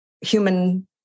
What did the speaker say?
human